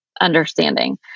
understanding